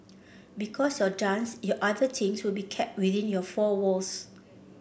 because your dance your other things will be kept within your four walls